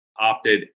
opted